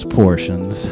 portions